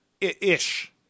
Ish